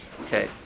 Okay